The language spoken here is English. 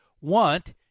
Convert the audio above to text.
want